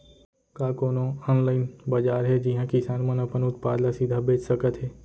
का कोनो अनलाइन बाजार हे जिहा किसान मन अपन उत्पाद ला सीधा बेच सकत हे?